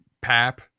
pap